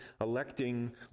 electing